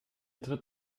tritt